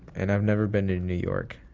and i've never been to new york.